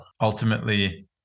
Ultimately